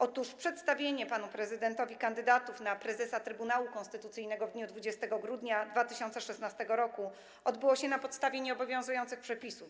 Otóż przedstawienie panu prezydentowi kandydatów na prezesa Trybunału Konstytucyjnego w dniu 20 grudnia 2016 odbyło się na podstawie nieobowiązujących przepisów.